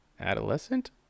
Adolescent